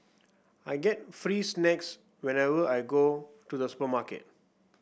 I get free snacks whenever I go to the supermarket